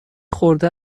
خورده